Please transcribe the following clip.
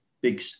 big